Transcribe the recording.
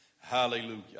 Hallelujah